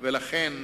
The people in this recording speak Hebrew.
לכן,